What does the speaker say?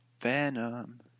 Venom